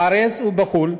בארץ ובחו"ל,